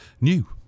new